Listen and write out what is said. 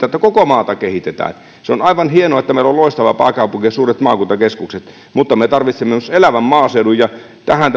että koko maata kehitetään se on aivan hienoa että meillä on loistava pääkaupunki ja suuret maakuntakeskukset mutta me tarvitsemme myös elävän maaseudun ja tähän